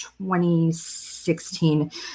2016